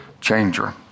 changer